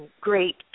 great